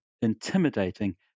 intimidating